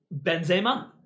Benzema